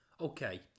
Okay